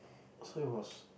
so it was